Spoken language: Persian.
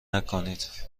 نکنید